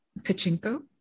Pachinko